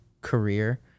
career